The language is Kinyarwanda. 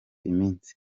iminsi